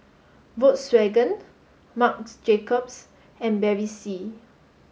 Volkswagen Marc Jacobs and Bevy C